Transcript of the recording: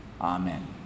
amen